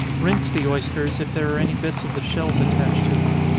rinse the oysters, if there are any bits of the shells attached to them.